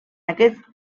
aquest